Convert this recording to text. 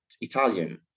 Italian